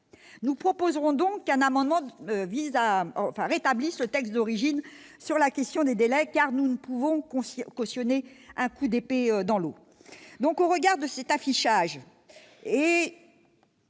Nous proposerons donc un amendement pour rétablir le texte d'origine sur la question des délais, car nous ne pouvons cautionner un coup d'épée dans l'eau. Au regard de cet affichage et